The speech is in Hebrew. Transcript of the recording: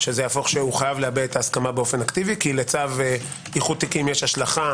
שהוא חייב להביע את ההסכמה אקטיבית כי לצו איחוד תיקים יש השלכה